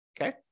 Okay